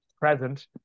present